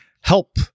help